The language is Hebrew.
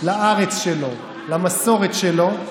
לארץ שלו, למסורת שלו.